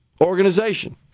organization